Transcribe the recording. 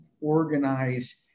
organize